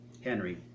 Henry